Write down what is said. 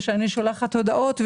מתחת לגיל 18 אין צורך.